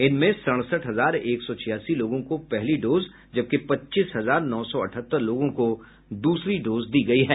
इनमें सड़सठ हजार एक सौ छियासी लोगों को पहली डोज जबकि पच्चीस हजार नौ सौ अठहत्तर लोगों को दूसरी डोज दी गयी है